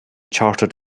chartered